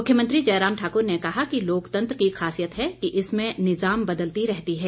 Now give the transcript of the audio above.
मुख्यमंत्री जयराम ठाकुर ने कहा कि लोकतंत्र की खासियत है कि इसमें निजाम बदलती रहती है